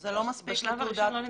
זה לא מספיק להוצאת